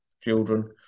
children